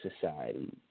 society